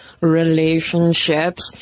relationships